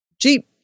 Jeep